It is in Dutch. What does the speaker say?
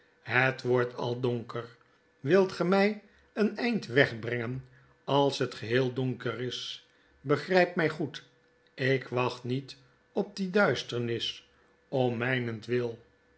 het wordt al donker wilt ge my een eind wegbrengen als het geheel donker is begrgp mg goedl ik wacht niet op die duisternis om mijnentwil